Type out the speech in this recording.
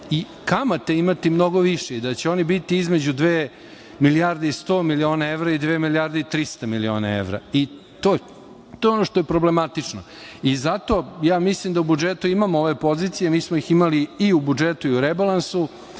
i kamate imati mnogo više i da će oni biti između dve milijarde i 100 miliona evra i dve milijarde i 300 miliona evra. To je ono što je problematično i zato ja mislim da u budžetu imamo ove pozicije. Mi smo ih imali i u budžetu i u rebalansu.